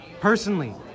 personally